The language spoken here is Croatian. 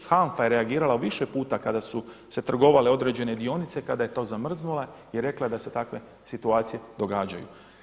HANFA je reagirala u više puta kada su se trgovale određene dionice, kada je to zamrznula i rekla da se takve situacije događaju.